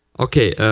okay.